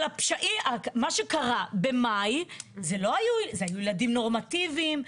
מה שקרה במאי זה היו ילדים נורמטיביים,